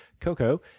Coco